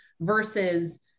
versus